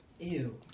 Ew